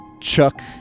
Chuck